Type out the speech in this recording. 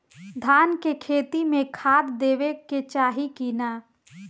धान के खेती मे खाद देवे के चाही कि ना?